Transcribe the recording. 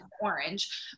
orange